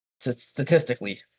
statistically